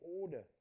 order